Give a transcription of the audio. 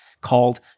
called